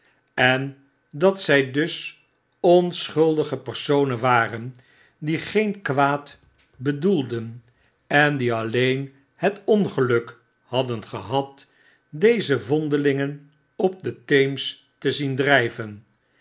en dat zy dus onschuldige personen waren die geen kwaad bedoelden en die alleen het ongeluk hadden gehad deze vondelingen op detheems te zien